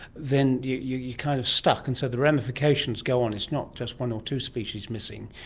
then you're kind of stuck, and so the ramifications go on, it's not just one or two species missing,